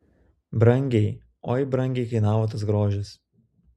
brangiai oi brangiai kainavo tas grožis